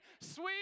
Sweet